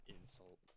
insult